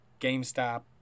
GameStop